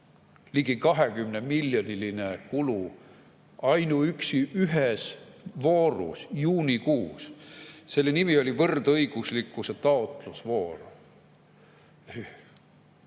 ligi 20‑miljoniline kulu ainuüksi ühes voorus juunikuus. Selle nimi oli võrdõiguslikkuse taotlusvoor.